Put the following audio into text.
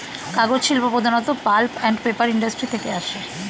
কাগজ শিল্প প্রধানত পাল্প অ্যান্ড পেপার ইন্ডাস্ট্রি থেকে আসে